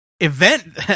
event